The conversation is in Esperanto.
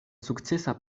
sukcesa